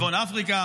-- מצפון אפריקה,